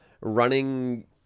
running